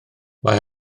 mae